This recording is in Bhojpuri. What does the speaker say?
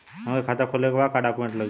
हमके खाता खोले के बा का डॉक्यूमेंट लगी?